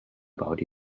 about